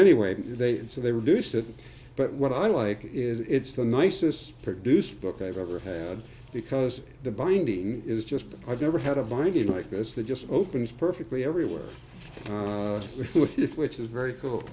anyway they did so they reduced it but what i like is it's the nicest produced book i've ever had because the binding is just i've never had a body like this that just opens perfectly everywhere if which is very cool